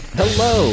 hello